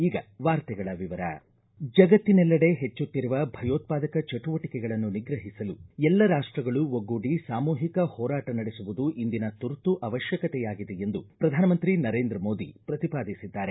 ಈಗ ವಾರ್ತೆಗಳ ವಿವರ ಜಗತ್ತಿನೆಲ್ಲೆಡೆ ಹೆಚ್ಚುತ್ತಿರುವ ಭಯೋತ್ವಾದಕ ಚಟುವಟಕೆಗಳನ್ನು ನಿಗ್ರಹಿಸಲು ಎಲ್ಲ ರಾಷ್ಷಗಳು ಒಗ್ಗೂಡಿ ಸಾಮೂಹಿಕ ಹೋರಾಟ ನಡೆಸುವುದು ಇಂದಿನ ತುರ್ತು ಅವಶ್ಯಕತೆಯಾಗಿದೆ ಎಂದು ಪ್ರಧಾನಮಂತ್ರಿ ನರೇಂದ್ರ ಮೋದಿ ಪ್ರತಿಪಾದಿಸಿದ್ದಾರೆ